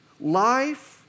Life